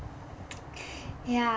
yeah